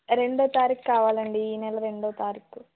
రెండో తారీఖు కావాలండి ఈ నెల రెండో తారీఖు